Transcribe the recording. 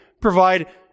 provide